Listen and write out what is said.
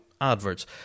adverts